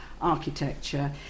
architecture